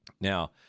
Now